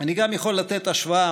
אני גם יכול לתת השוואה.